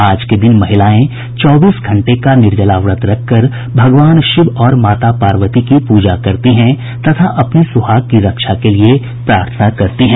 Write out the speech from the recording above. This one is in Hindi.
आज के दिन महिलाएं चौबीस घंटे का निर्जला व्रत रखकर भगवान शिव और माता पार्वती की पूजा करती हैं तथा अपनी सुहाग की रक्षा के लिए प्रार्थना करती हैं